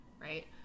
Right